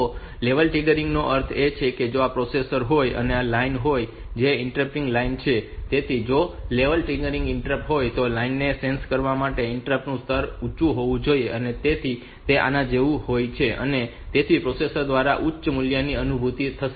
તો લેવલ ટ્રિગરનો અર્થ એ છે કે જો આ પ્રોસેસર હોય અને આ તે લાઇન હોય કે જે ઇન્ટરપ્ટિંગ લાઇન છે તેથી જો તે લેવલ ટ્રિગર ઇન્ટરપ્ટ હોય તો લાઇનને સેન્સ કરવાં માટે ઇન્ટરપ્ટનું સ્તર ઊંચું હોવું જોઈએ તેથી તે આના જેવું હોય છે અને તેથી પ્રોસેસર દ્વારા ઉચ્ચ મૂલ્યની અનુભૂતિ થશે